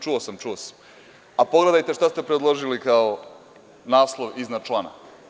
Čuo sam, čuo sam, a pogledajte šta se predložili kao naslov iznad člana.